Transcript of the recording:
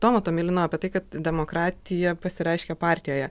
su tomo tomilino apie tai kad demokratija pasireiškia partijoje